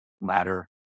ladder